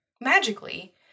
Magically